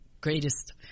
greatest